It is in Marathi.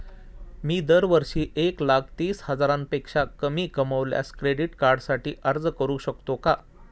मी दरवर्षी एक लाख तीस हजारापेक्षा कमी कमावल्यास क्रेडिट कार्डसाठी अर्ज करू शकतो का?